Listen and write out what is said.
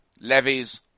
levies